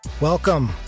Welcome